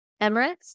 Emirates